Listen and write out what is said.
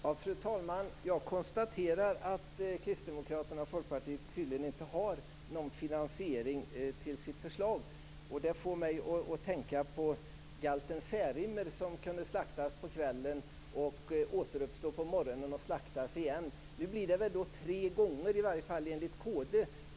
Fru talman! Jag konstaterar att Kristdemokraterna och Folkpartiet tydligen inte har någon finansiering av sitt förslag. Detta får mig att tänka på galten Särimner, som kunde slaktas på kvällen, återuppstå på morgonen och slaktas igen. Så sker väl nu tre gånger enligt kd.